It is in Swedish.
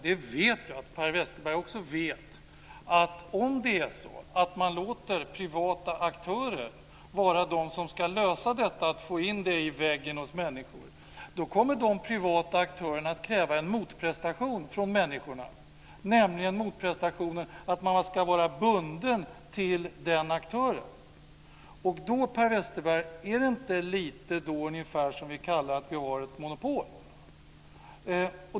Jag vet att Per Westerberg också vet att om det är så att man låter privata aktörer lösa detta med att få in det i väggen hos människor, då kommer de privata aktörerna att kräva en motprestation från människorna, nämligen att de ska vara bundna till just den aktören. Är det inte, Per Westerberg, ungefär det vi kallar ett monopol?